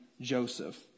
Joseph